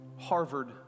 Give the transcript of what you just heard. Harvard